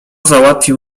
załatwił